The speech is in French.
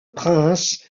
prince